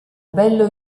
bello